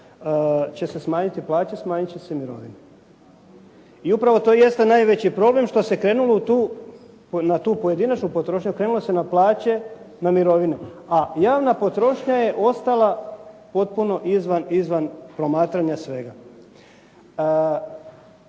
će se smanjiti plaće, smanjit će se i mirovine i upravo to jeste najveći problem što se krenulo na tu pojedinačnu potrošnju, krenulo se na plaće, na mirovine a javna potrošnja je ostala potpuno izvan promatranja svega.